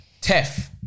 Tef